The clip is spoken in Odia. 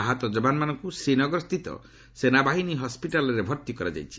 ଆହତ ଯବାନମାନଙ୍କୁ ଶ୍ରୀନଗରସ୍ଥିତ ସେନାବାହିନୀ ହସ୍କିଟାଲ୍ରେ ଭର୍ତ୍ତି କରାଯାଇଛି